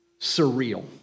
surreal